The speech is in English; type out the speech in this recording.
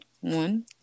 One